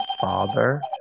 father